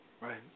Right